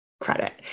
credit